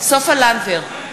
סופה לנדבר,